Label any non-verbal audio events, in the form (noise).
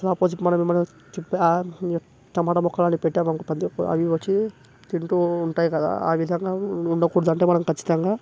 opposite మన మన (unintelligible) tomato మొక్కల్ని పెట్టాం అనుకో పందికొక్కు అవి ఇవి వచ్చి తింటూ ఉంటాయి కదా ఆ విధంగా ఉండకూడదంటే మనం ఖచ్చితంగా